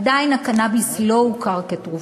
עדיין הקנאביס לא הוכר כתרופה.